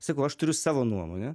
sakau aš turiu savo nuomonę